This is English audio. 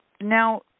Now